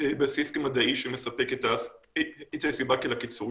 בסיס מדעי שמספק את הסיבה לקיצור.